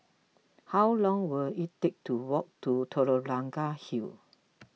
how long will it take to walk to Telok Blangah Hill